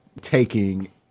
taking